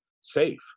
safe